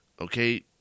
okay